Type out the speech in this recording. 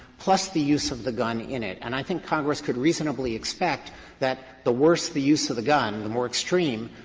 plus the use of the gun in it. and i think congress could reasonably expect that the worse the use of the gun, the more extreme,